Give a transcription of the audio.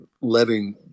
letting